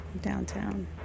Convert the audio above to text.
downtown